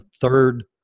third